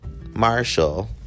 Marshall